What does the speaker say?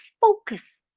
focus